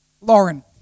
Lauren